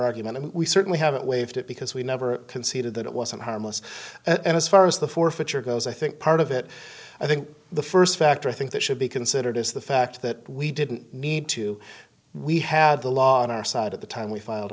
argument and we certainly have waived it because we never conceded that it wasn't harmless and as far as the forfeiture goes i think part of it i think the st factor i think that should be considered is the fact that we didn't need to we had the law on our side at the time we f